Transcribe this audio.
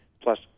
plus